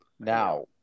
Now